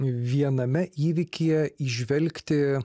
viename įvykyje įžvelgti